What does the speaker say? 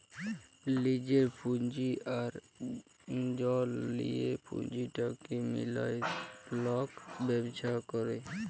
লিজের পুঁজি আর ঋল লিঁয়ে পুঁজিটাকে মিলায় লক ব্যবছা ক্যরে